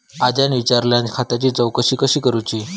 आज्यान विचारल्यान खात्याची चौकशी कशी करुची?